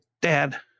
Dad